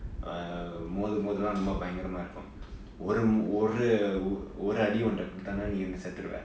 அவன் மோது~ மோதுனா ரொம்ப பயமா இருக்கும் ஒறு ஒறு அடி மட்டும் கொடுத்தானா நீ வந்து செத்துடுவ:avan mothu~ mothunaa romba bayamaa irukkum oru oru adi mattum koduthaanaa nee vanthu sethuruve